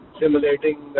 simulating